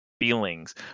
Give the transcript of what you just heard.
feelings